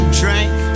drank